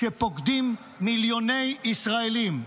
שפוקדים מיליוני ישראלים.